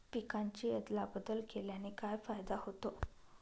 पिकांची अदला बदल केल्याने काय फायदा होतो?